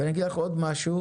ואגיד לך עוד משהו: